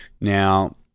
Now